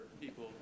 people